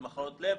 מחלות לב,